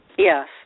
Yes